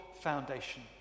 foundation